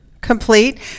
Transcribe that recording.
complete